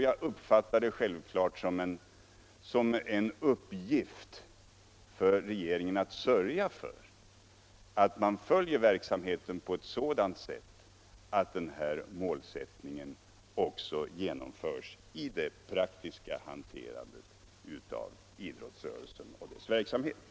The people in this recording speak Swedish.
Jag uppfattar det självklart som en uppgift för regeringen att följa verksamheten på ett sådant sätt att den målsättningen också hålls levande i umgänget mellan idrottsrörelsen och samhället.